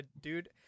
Dude